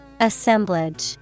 Assemblage